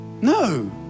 No